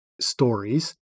stories